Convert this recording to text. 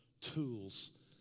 tools